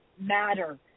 matter